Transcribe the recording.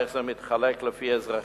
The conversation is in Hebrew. ואיך זה מתחלק לפי אזרחים.